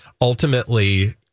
ultimately